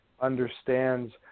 understands